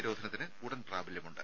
നിരോധനത്തിന് ഉടൻ പ്രാബല്യമുണ്ട്